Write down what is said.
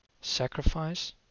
sacrifice